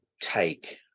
take